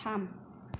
थाम